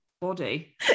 body